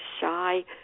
shy